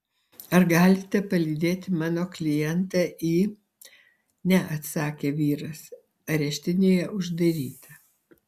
ar galite palydėti mano klientą į ne atsakė vyras areštinėje uždaryta